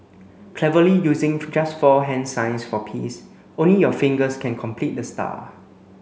cleverly using just four hand signs for peace only your fingers can complete the star